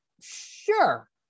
sure